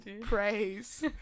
praise